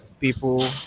people